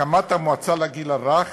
הקמת המועצה לגיל הרך